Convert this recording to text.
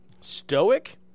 stoic